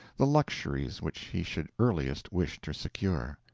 the luxuries which he should earliest wish to secure.